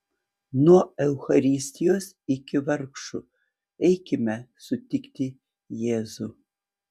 nuo eucharistijos iki vargšų eikime sutikti jėzų